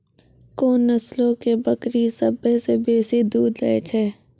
कोन नस्लो के बकरी सभ्भे से बेसी दूध दै छै?